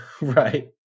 right